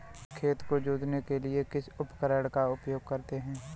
खेत को जोतने के लिए किस उपकरण का उपयोग करते हैं?